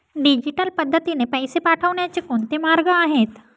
Digital पद्धतीने पैसे पाठवण्याचे कोणते मार्ग आहेत?